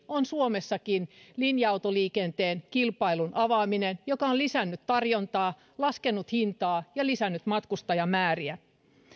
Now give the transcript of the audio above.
on suomessakin linja autoliikenteen kilpailun avaaminen joka on lisännyt tarjontaa laskenut hintaa ja lisännyt matkustajamääriä